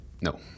No